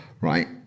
right